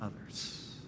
others